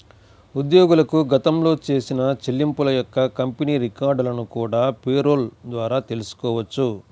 ఉద్యోగులకు గతంలో చేసిన చెల్లింపుల యొక్క కంపెనీ రికార్డులను కూడా పేరోల్ ద్వారా తెల్సుకోవచ్చు